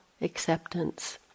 acceptance